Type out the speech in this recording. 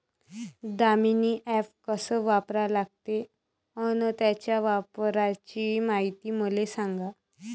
Damini app कस वापरा लागते? अन त्याच्या वापराची मायती मले सांगा